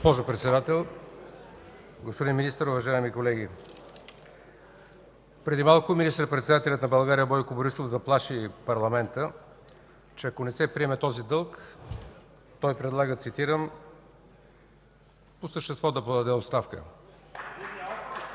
Госпожо Председател, господин Министър, уважаеми колеги! Преди малко министър-председателят на България Бойко Борисов заплаши парламента, че ако не се приеме този дълг, той предлага, цитирам – по същество да подаде оставка.